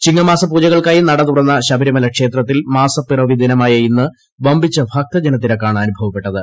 ചിങ്ങമാസ പൂജകൾക്കായി നട തുറന്ന ശബരിമല ക്ഷേത്രത്തിൽ മാസപ്പിറവി ദിനമായ ഇന്ന് വമ്പിച്ച ഭക്തജനത്തിരക്കാണ് അനുഭവപ്പെട്ടത്